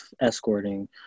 escorting